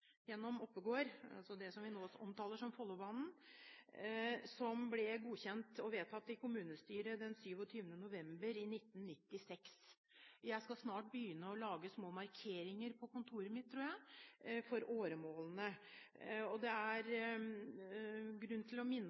gjennom Oppegård – det vi nå omtaler som Follobanen – som ble godkjent og vedtatt i kommunestyret den 27. november i 1996. Jeg skal snart begynne å lage små markeringer på kontoret mitt, tror jeg, for åremålene. Det er grunn til å minne